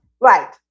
Right